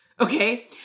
Okay